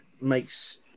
makes